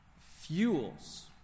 fuels